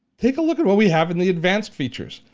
take a look at what we have in the advanced features.